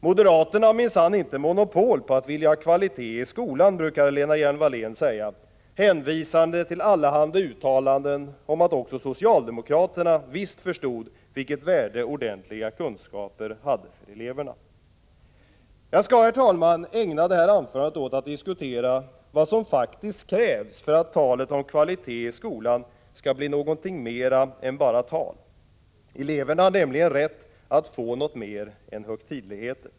Moderaterna har minsann inte monopol på att vilja ha kvalitet i skolan, brukade Lena Hjelm-Wallén säga, hänvisande till allehanda uttalanden om att också socialdemokraterna visst förstod vilket värde ordentliga kunskaper hade för eleverna. Jag skall, herr talman, ägna detta anförande åt att diskutera vad som faktiskt krävs för att talet om kvalitet i skolan skall bli någonting mer än bara tal. Eleverna har nämligen rätt att få något mer än högtidligheter.